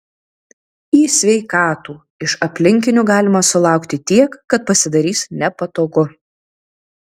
į sveikatų iš aplinkinių galima sulaukti tiek kad pasidarys nepatogu